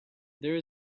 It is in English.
there